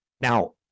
Now